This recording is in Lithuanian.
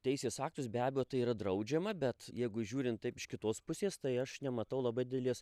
teisės aktus be abejo tai yra draudžiama bet jeigu žiūrint taip iš kitos pusės tai aš nematau labai didelės